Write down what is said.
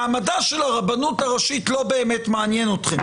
מעמדה של הרבנות הראשית לא באמת מעניין אתכם.